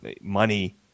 Money